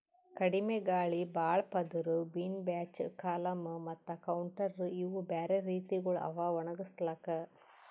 ಕಡಿಮಿ ಗಾಳಿ, ಭಾಳ ಪದುರ್, ಬಿನ್ ಬ್ಯಾಚ್, ಕಾಲಮ್ ಮತ್ತ ಕೌಂಟರ್ ಇವು ಬ್ಯಾರೆ ರೀತಿಗೊಳ್ ಅವಾ ಒಣುಗುಸ್ಲುಕ್